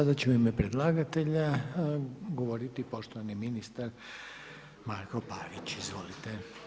Sada će u ime predlagatelja, govoriti poštovani ministar Marko Pavić, izvolite.